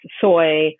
soy